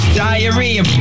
diarrhea